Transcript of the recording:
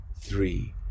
three